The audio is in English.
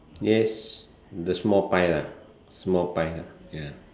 yes the small pine ah the small pine ah ya